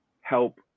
help